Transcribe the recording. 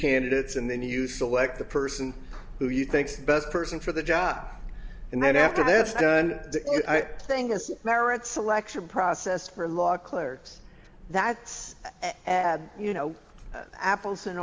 candidates and then you select the person who you think's best person for the job and then after the last thing has merit selection process for law clerks that's add you know apples and